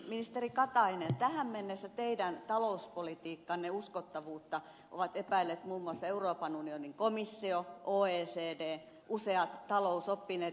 ministeri katainen tähän mennessä teidän talouspolitiikkanne uskottavuutta ovat epäilleet muun muassa euroopan unionin komissio oecd useat talousoppineet